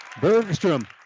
Bergstrom